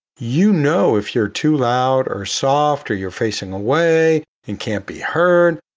you know if you're too loud or soft or you're facing away and can't be heard,